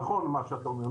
נכון מה שאתה אומר.